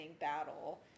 battle